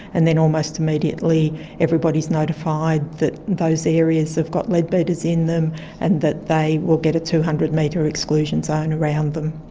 and then almost immediately everybody is notified that those areas have got leadbeater's in them and that they will get a two hundred meter exclusion zone around them.